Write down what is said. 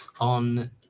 on